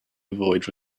avoid